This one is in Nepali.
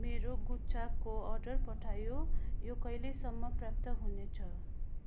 मेरो गुच्छाको अर्डर पठायो यो कहिलेसम्म प्राप्त हुनेछ